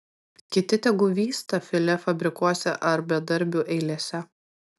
kiti tegu vysta filė fabrikuose ar bedarbių eilėse